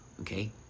okay